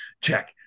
Check